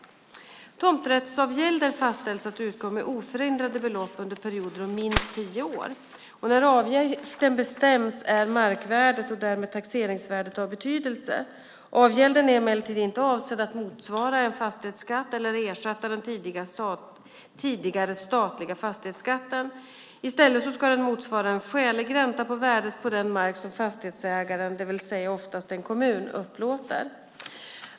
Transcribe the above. Tomträttsavgälder fastställs att utgå med oförändrade belopp under perioder om minst tio år. När avgälden bestäms är markvärdet - och därmed taxeringsvärdet - av betydelse. Avgälden är emellertid inte avsedd att motsvara en fastighetsskatt eller ersätta den tidigare statliga fastighetsskatten. I stället ska den motsvara en skälig ränta på värdet på den mark som fastighetsägaren - till exempel en kommun - upplåter.